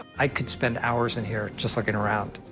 i could spend hours in here just looking around.